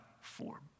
form